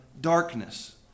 darkness